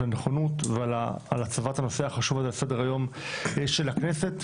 על הנכונות ועל הצבת הנושא החשוב הזה על סדר היום של הכנסת,